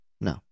No